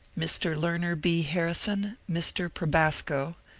mr. learner b. harrison, mr. probasco,